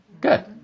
Good